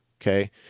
Okay